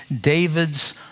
David's